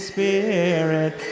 Spirit